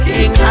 King